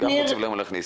גם להוציא וגם להכניס.